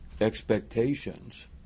expectations